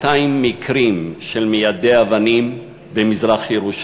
מקרים של מיידי אבנים במזרח-ירושלים.